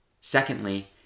Secondly